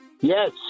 Yes